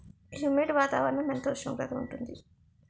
Humid వాతావరణం ఎంత ఉష్ణోగ్రత ఉంటుంది?